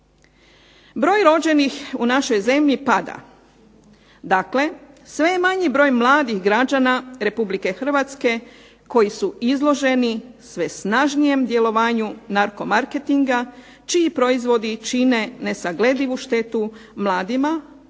Broj rođenih u našoj zemlji pada, dakle sve je manji broj mladih građana Republike Hrvatske koji su izloženi sve snažnijem djelovanju narko marketinga čiji proizvodi čine nesagledivu štetu mladima, ali i